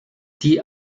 die